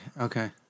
Okay